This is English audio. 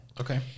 Okay